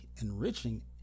enriching